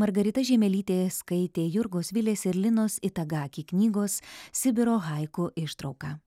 margarita žiemelytė skaitė jurgos vilės ir linos itagaki knygos sibiro haiku ištrauką